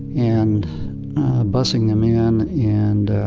and busing them in and